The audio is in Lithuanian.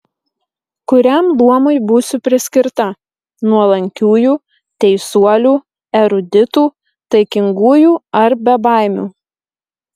kuriam luomui būsiu priskirta nuolankiųjų teisuolių eruditų taikingųjų ar bebaimių